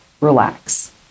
relax